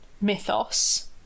mythos